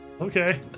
Okay